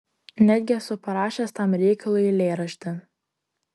netgi esu parašęs tam reikalui eilėraštį